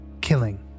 killing